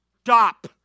stop